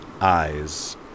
eyes